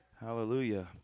Hallelujah